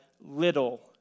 little